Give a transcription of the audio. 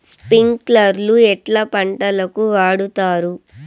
స్ప్రింక్లర్లు ఎట్లా పంటలకు వాడుతారు?